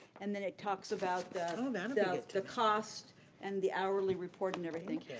and then it talks about the um and the cost and the hourly report and everything.